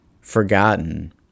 forgotten